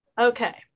Okay